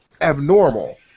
abnormal